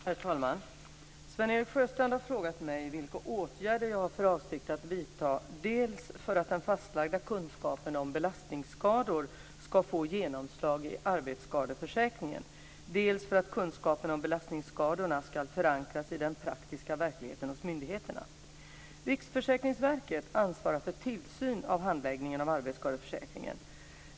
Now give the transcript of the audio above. Herr talman! Sven-Erik Sjöstrand har frågat mig vilka åtgärder jag har för avsikt att vidta dels för att den fastlagda kunskapen om belastningsskador ska få genomslag i arbetsskadeförsäkringen, dels för att kunskaperna om belastningsskadorna ska förankras i den praktiska verkligheten hos myndigheterna. Riksförsäkringsverket ansvarar för tillsyn av handläggningen av arbetsskadeförsäkringen.